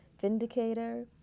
Vindicator